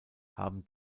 haben